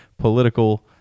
political